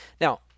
Now